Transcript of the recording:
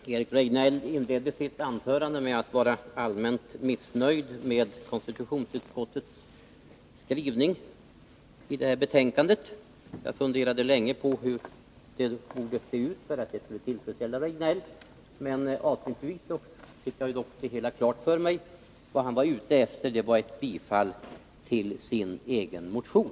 Herr talman! Eric Rejdnell inledde sitt anförande med att visa sig allmänt missnöjd med konstitutionsutskottets skrivning i betänkandet. Jag funderade länge på hur det borde se ut för att tillfredsställa Eric Rejdnell. Avslutningsvis fick jag dock klart för mig vad han var ute efter, nämligen bifall till sin egen motion.